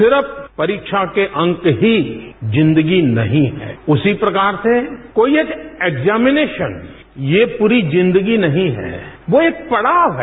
सिर्फ परीक्षा के अंक ही जिंदगी नहीं है उसी प्रकार से कोई एक एक्जामिनेशन ये प्ररी जिंदगी नहीं है वो एक पड़ाव है